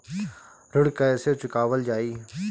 ऋण कैसे चुकावल जाई?